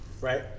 right